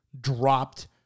dropped